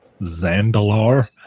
Zandalar